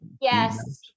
Yes